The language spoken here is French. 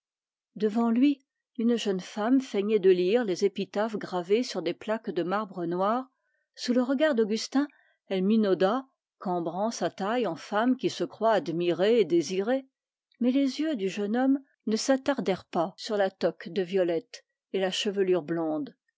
devant lui une jeune femme feignait de lire les épitaphes gravées sur des plaques de marbre noir sous le regard d'augustin elle minauda cambrant sa taille en femme qui se croit désirée mais les yeux du jeune homme ne s'attardèrent pas sur la toque de violettes et la chevelure blonde